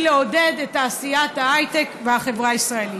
לעודד את תעשיית ההייטק בחברה הישראלית.